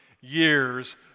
years